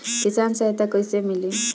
किसान सहायता कईसे मिली?